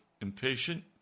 impatient